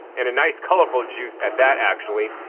and a nice colorful juice at that actually,